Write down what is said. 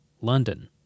London